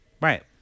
Right